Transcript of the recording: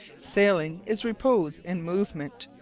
sailing is repose in movement,